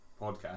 podcast